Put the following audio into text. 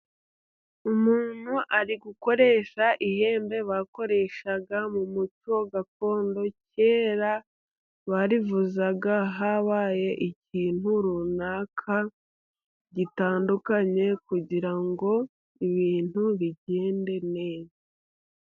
Umuntu ari gukoresha ihembe bakoreshaga mu muco gakondo . Kera barivuzaga habaye ikintu runaka gitandukanye, kugirango ibintu bigende neza.